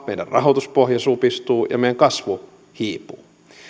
rahoituspohja supistuu ja meidän kasvu hiipuu